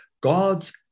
God's